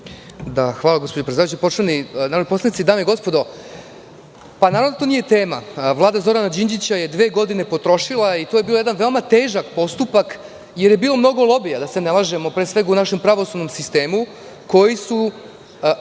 Hvala, gospođo predsedavajuća. Poštovani narodni poslanici, dame i gospodo, naravno da to nije tema, Vlada Zorana Đinđića je dve godine potrošila i to je bio jedan veoma težak postupak jer je bilo mnogo lobija, da se ne lažemo, pre svega u našem pravosudnom sistemu, koji su